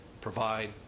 provide